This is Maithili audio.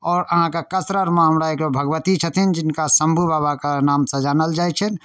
आओर अहाँके कसररमे हमरा एकटा भगवती छथिन जिनका शंभू बाबाके नाम सऽ जानल जाइ छनि